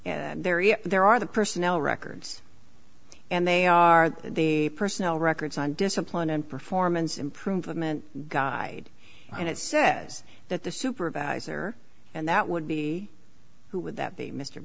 very there are the personnel records and they are the personal records on discipline and performance improvement guide and it says that the supervisor and that would be who would that be mr